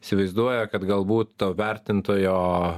įsivaizduoja kad galbūt to vertintojo